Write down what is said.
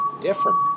different